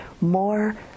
more